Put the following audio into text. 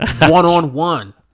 one-on-one